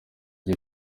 rye